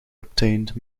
obtained